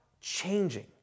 changing